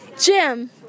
Jim